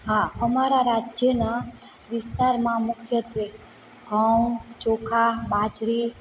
હા અમારા રાજ્યના વિસ્તારમાં મુખ્યત્ત્વે ઘઉં ચોખા બાજરી